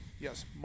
Yes